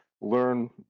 learn